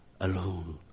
alone